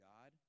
God